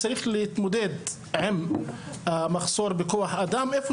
צריך להתמודד עם המחסור בכוח אדם איפה